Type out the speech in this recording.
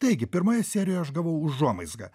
taigi pirmoje serijoj aš gavau užuomazgą